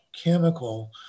chemical